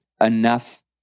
enough